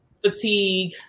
fatigue